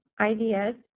IDS